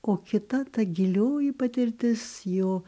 o kita ta gilioji patirtis jo